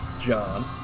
John